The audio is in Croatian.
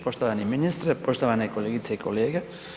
Poštovani ministre, poštovane kolegice i kolege.